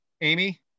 Amy